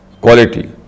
quality